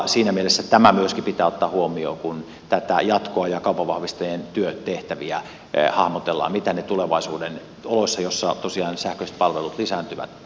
siinä mielessä myöskin tämä pitää ottaa huomioon kun tätä jatkoa ja kaupanvahvistajien työtehtäviä hahmotellaan mitä ne tulevaisuuden oloissa joissa tosiaan sähköiset palvelut lisääntyvät ovat